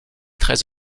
très